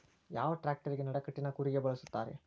ಯಾವ ಟ್ರ್ಯಾಕ್ಟರಗೆ ನಡಕಟ್ಟಿನ ಕೂರಿಗೆ ಬಳಸುತ್ತಾರೆ?